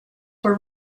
were